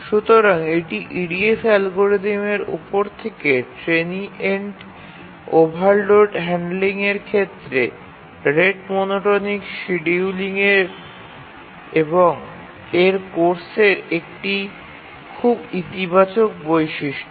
সুতরাং এটি EDF অ্যালগরিদমের উপর থেকে ট্রেনিয়েন্ট ওভারলোড হ্যান্ডলিংয়ের ক্ষেত্রে রেট মনোটোনিক শিডিয়ুলিং এবং এর কোর্সের একটি খুব ইতিবাচক বৈশিষ্ট্য